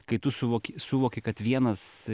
kai tu suvok suvoki kad vienas